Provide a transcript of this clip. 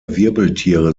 wirbeltiere